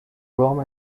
rome